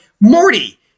Morty